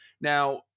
Now